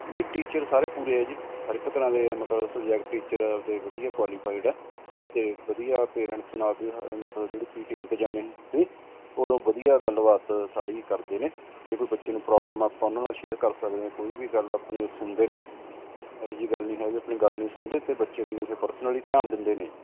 ਨਹੀਂ ਟੀਚਰ ਸਾਰੇ ਪੂਰੇ ਆ ਜੀ ਹਰ ਇੱਕ ਤਰ੍ਹਾਂ ਦੇ ਮਤਲਬ ਸਬਜੈਕਟ ਟੀਚਰ ਆਪਦੇ ਵਧੀਆ ਕੁਆਲੀਫਾਈਡ ਹੈ ਅਤੇ ਵਧੀਆ ਪੇਰੈਂਟਸ ਨਾਲ ਮਤਲਬ ਜਿਹੜੀ ਪੀਟੀਐਮ 'ਤੇ ਜਾਂਦੇ ਨੇ ਤੁਸੀਂ ਉਦੋਂ ਵਧੀਆ ਗੱਲਬਾਤ ਸਾਰੀ ਕਰਦੇ ਨੇ ਜੇ ਕੋਈ ਬੱਚੇ ਨੂੰ ਪ੍ਰੋਬਲਮ ਆਪਾਂ ਉਹਨਾਂ ਨਾਲ ਸ਼ੇਅਰ ਕਰ ਸਕਦੇ ਕੋਈ ਵੀ ਗੱਲ ਆਪਣੀ ਸੁਣਦੇ ਨੇ ਇਹੋ ਜਿਹੀ ਗੱਲ ਨਹੀਂ ਹੈ ਆਪਣੀ ਗੱਲ ਨਹੀਂ ਸੁਣਦੇ ਅਤੇ ਬੱਚੇ ਕਨੀ ਫਿਰ ਪਰਸਨਲੀ ਧਿਆਨ ਦਿੰਦੇ ਨੇ